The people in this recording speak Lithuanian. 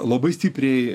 labai stipriai